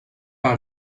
par